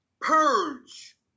purge